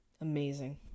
Amazing